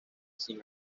sin